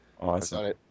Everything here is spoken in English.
Awesome